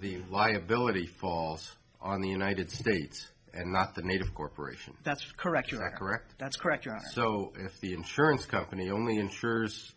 the liability falls on the united states and not the native corporation that's correct you are correct that's correct so if the insurance company only insures